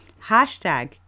Hashtag